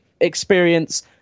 experience